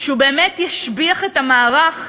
שהוא באמת ישביח את המערך,